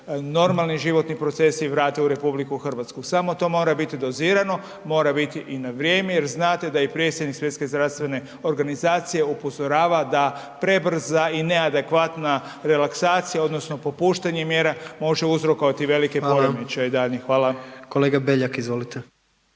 normalni životni procesi vrate u RH. Samo to mora biti doziramo, mora biti i na vrijeme jer znate da i predsjednik Svjetske zdravstvene organizacije upozorava da prebrza i neadekvatna relaksacija odnosno popuštanje mjera može uzrokovati velike poremećaje daljnje. Hvala. **Jandroković,